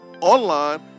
online